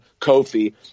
Kofi